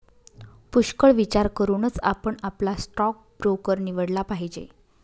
पुष्कळ विचार करूनच आपण आपला स्टॉक ब्रोकर निवडला पाहिजे